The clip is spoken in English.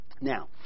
Now